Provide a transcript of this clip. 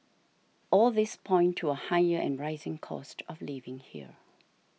all these point to a higher and rising cost of living here